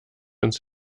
ins